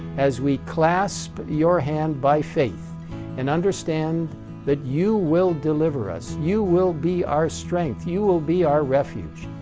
as we clasp your hand by faith and understand that you will deliver us, you will be our strength, you will be our refuge.